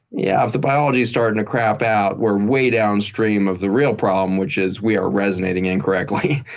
yeah, if the biology's starting to crap out, we're way downstream of the real problem, which is we are resonating incorrectly.